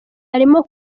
arimo